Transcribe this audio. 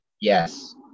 Yes